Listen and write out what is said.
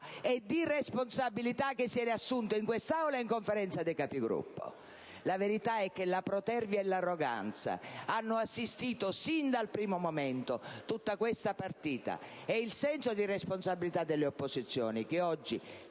e di responsabilità che si era assunto in quest'Aula e in Conferenza dei Capigruppo. La verità è che la protervia e l'arroganza hanno assistito sin dal primo momento tutta questa partita. È il senso di responsabilità delle opposizioni che oggi